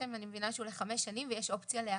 אחרי החמש שנים אלה יש אופציה להאריך?